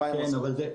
מה הן עושות?